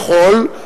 יכול,